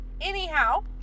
Anyhow